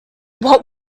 what